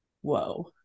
whoa